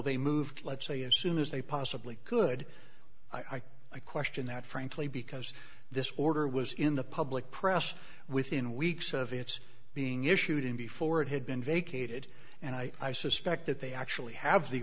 they moved let's say as soon as they possibly could i've a question that frankly because this order was in the public press within weeks of its being issued and before it had been vacated and i suspect that they actually have the